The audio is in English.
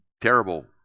terrible